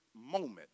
moment